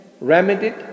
remedied